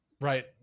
right